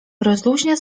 rozluźnia